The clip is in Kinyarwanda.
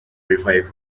revival